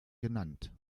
genannt